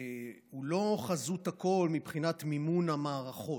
הוא לא חזות הכול מבחינת מימון המערכות.